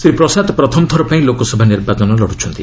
ଶ୍ରୀ ପ୍ରସାଦ ପ୍ରଥମଥର ପାଇଁ ଲୋକସଭା ନିର୍ବାଚନ ଲଢ଼ୁଛନ୍ତି